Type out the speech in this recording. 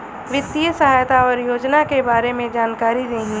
वित्तीय सहायता और योजना के बारे में जानकारी देही?